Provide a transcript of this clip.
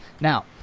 now